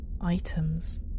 items